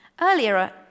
Earlier